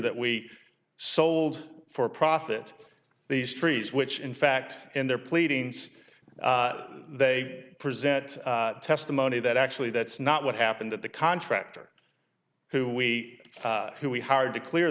that we sold for profit these trees which in fact in their pleadings they present testimony that actually that's not what happened that the contractor who we who we hired to clear